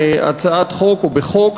בהצעת חוק או בחוק,